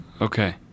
Okay